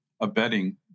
abetting